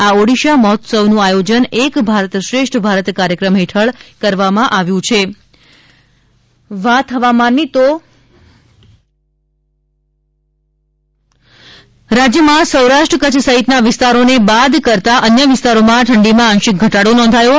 આ ઓડિસા મહોત્સવનું આયોજન એક ભારત શ્રેષ્ઠ ભારત કાર્યક્રમ હેઠળ કરવામાં આવ્યુ છી હવામાન રાજયમાં સૌરાષ્ટ્ર કચ્છ સહિતના વિસ્તારોને બાદ કરતા અન્ય વિસ્તારોમાં ઠંડીમાં આશિંક ઘટાડો નોંધાયો છે